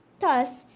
thus